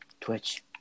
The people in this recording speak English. Twitch